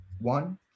one